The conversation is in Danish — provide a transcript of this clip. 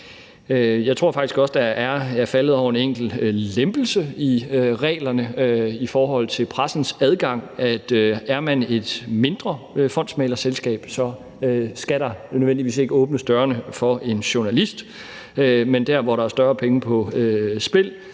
Jeg tror faktisk også, at jeg er faldet over en enkelt lempelse i reglerne, nemlig i forhold til pressens adgang. Er man et mindre fondsmæglerselskab, skal man ikke nødvendigvis åbne dørene for en journalist, men der, hvor der er større penge på spil,